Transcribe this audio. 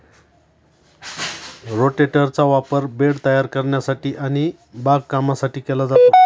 रोटेटरचा वापर बेड तयार करण्यासाठी आणि बागकामासाठी केला जातो